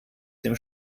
dem